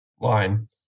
line